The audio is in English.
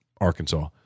Arkansas